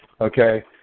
okay